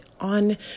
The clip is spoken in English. on